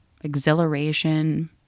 exhilaration